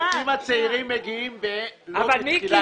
השופטים הצעירים מגיעים לא בתחילת דרכם.